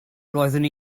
roeddwn